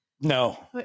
No